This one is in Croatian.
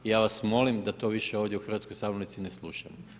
I ja vas molim da to više ovdje u hrvatskoj sabornici ne slušamo.